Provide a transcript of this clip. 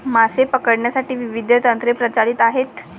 मासे पकडण्यासाठी विविध तंत्रे प्रचलित आहेत